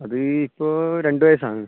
അത് ഇപ്പോൾ രണ്ട് വയസ്സാണ്